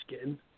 skin